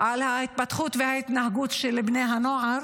על ההתפתחות וההתנהגות של בני הנוער.